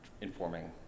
Informing